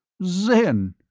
zen!